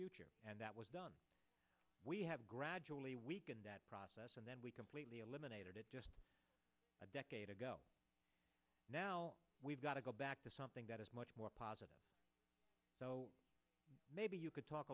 future and that was done we have gradually weakened that process and then we completely eliminated it just a decade ago now we've got to go back to something that is much more positive maybe you could talk